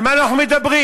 על מה אנחנו מדברים?